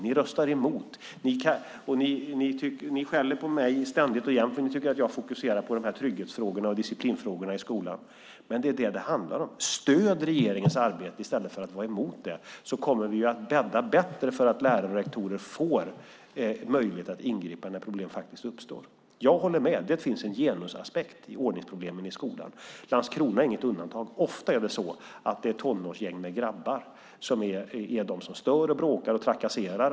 Ni röstar emot. Ni skäller på mig ständigt och jämt, eftersom ni tycker att jag fokuserar på trygghetsfrågorna och disciplinfrågorna i skolan. Men det är vad det handlar om. Stöd regeringens arbete i stället för att vara emot det! Då kommer vi att bädda bättre för att lärare och rektorer ska få möjlighet att ingripa när problem faktiskt uppstår. Jag håller med. Det finns en genusaspekt i ordningsproblemen i skolan. Landskrona är inget undantag. Ofta är det tonårsgäng med grabbar som är de som stör, bråkar och trakasserar.